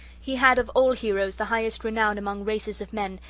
he had of all heroes the highest renown among races of men,